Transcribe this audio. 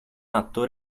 atto